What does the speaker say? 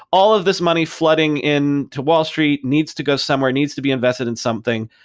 all of this money flooding in to wall street needs to go somewhere, needs to be invested in something.